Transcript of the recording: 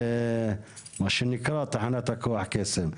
מה שנקרא תחנת הכוח קסם,